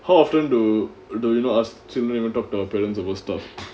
how often do do you not ask you don't even talk to our parents about stuff